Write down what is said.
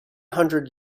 hundred